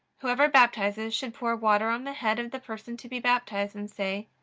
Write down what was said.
whoever baptizes should pour water on the head of the person to be baptized, and say,